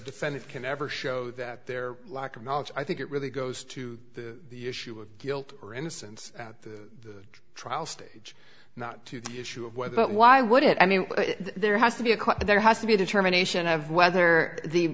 defendant can ever show that their lack of knowledge i think it really goes to the issue of guilt or innocence at the trial stage not to the issue of whether but why would it i mean there has to be a cut there has to be a determination of whether the